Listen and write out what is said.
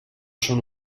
són